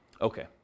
Okay